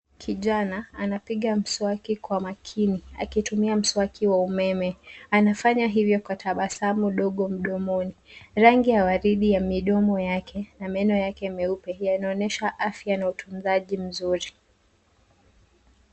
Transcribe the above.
Kijana anapiga mswaki kwa makini akitumia mswaki wa umeme. Anafanya hivyo kwa tabasamu dogo mdomoni. Rangi ya waridi ya midomo yake na meno yake meupe yanaonyesha afya na utunzaji mzuri.